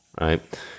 Right